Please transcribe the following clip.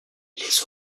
les